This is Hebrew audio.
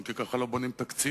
כי ככה לא בונים תקציב,